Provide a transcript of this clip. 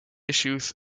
issues